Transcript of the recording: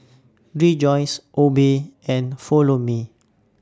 Rejoice Obey and Follow Me